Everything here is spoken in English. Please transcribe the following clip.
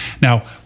Now